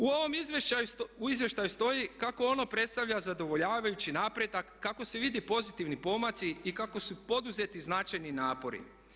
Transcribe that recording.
U ovom izvještaju stoji kako ono predstavlja zadovoljavajući napredak, kako se vide pozitivni pomaci i kako su poduzeti značajni napori.